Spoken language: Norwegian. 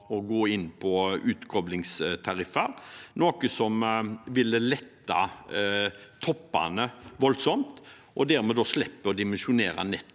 avtaler om utkoblingstariffer, noe som ville lette toppene voldsomt, og der vi slipper å dimensjonere nettet